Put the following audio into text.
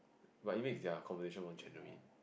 but it makea their conversation more genuine